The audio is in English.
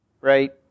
right